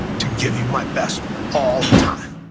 to give you my best all the time,